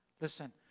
Listen